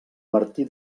martí